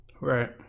Right